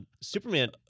Superman